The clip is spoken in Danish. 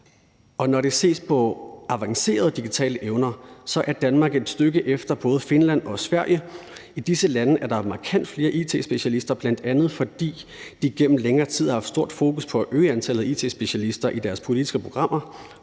Og når der ses på avancerede digitale evner, er Danmark et stykke efter både Finland og Sverige. I disse lande er der markant flere it-specialister, bl.a. fordi de gennem længere tid har haft stort fokus på at øge antallet af it-specialister i deres politiske programmer,